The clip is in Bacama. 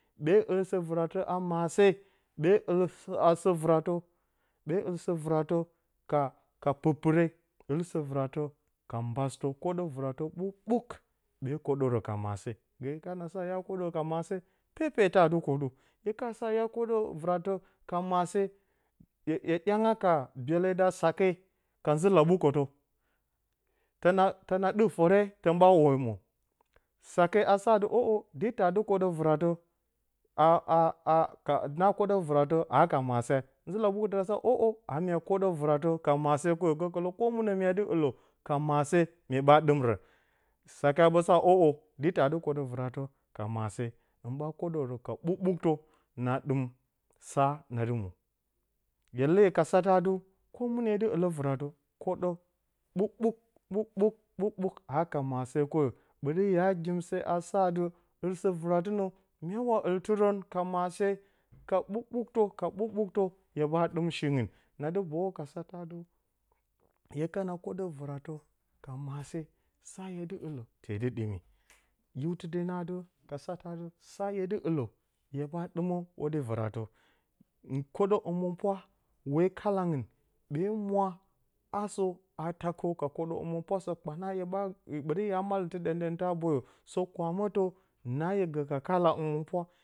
Ɓe ɨl sǝ-vɨratǝ a maase, ɓe ɨl sǝ-vɨratǝ ɓe ɨl sǝ-vɨratǝ ka ka pɨr-pɨre. ɨl sǝ-vɨratǝ ka mbasɨtǝ. kwoɗǝ vɨratǝ ɓuk-ɓuk, ɓe kwoɗǝrǝ ka maase. Gǝ hye kana sa hya kwoɗǝrǝ ka maase. pepetǝ aa dɨ kwoɗu. Hye ka sa hya kwoɗǝ vɨratǝ ka maase, hye ɗyanga ka byele da sake, ka nzǝ-laɓukǝtǝ. Tǝna ɗɨk dǝ fǝre tǝn ɓa omwo. Sake a sa, di taa dɨ kwoɗǝ vɨratǝ, na kwoɗǝ vɨratǝ aa ka maase. Nzǝ-laɓukǝtǝ a sa, ǝ'ǝ a mya kwoɗǝ vɨratǝ ka maase koyo gǝkɨlǝ mɨnǝ mya dɨ ɨlǝ ka maase mye ɓa ɗɨmǝ. Sake a ɓǝ ǝ'ǝ di taa dɨ kwoɗǝ vɨratǝ ka maase. Hɨn ɓa kwoɗǝrǝ ka ɓuk-ɓuktǝ. hɨn ɓa ɗɨm sa na dɨ mwo. hye leyo ka satǝ atɨ, mɨnǝ hye dɨ ɨlǝ vɨratǝ kwoɗǝ ɓuk-ɓuk, ɓuk-ɓuk, ɓuk-ɓuk aa ka maase koyo ɓǝtɨ dimse a sa atɨ, ɨl sǝ-vɨratɨnǝ, myawa ɨltɨrǝn ka maase. Ka ɓuk-ɓuktǝ ka ɓuk-ɓuktǝ hye ɓa ɗɨm shingɨn. Na dɨ boyu ka satǝ atɨ. hye kana kwoɗǝ vɨratǝ ka maase, sa hye dɨ ɨllǝ, tee dɨ ɗɨmi. Hiwtɨ de nǝ atɨ, ka satǝ atɨ, sa hye ɨ ɨllǝ, hye ɓa ɗɨmǝ hwoɗyi vɨratǝ. Kwoɗǝ hǝmɨnpwa, wekalangɨn. Ɓe mwa asǝ a takǝw ka kwoɗǝ hǝmɨnpwa. Sǝ kpana hye ɓa, ɓǝtɨ ya mallɨmtɨ ɗǝm-ɗǝmtǝ a boyo, sǝ kwamǝtǝ na hye gǝ ka kala hǝmɨnpwa.